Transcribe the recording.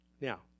Now